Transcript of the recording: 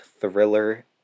thriller